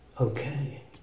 okay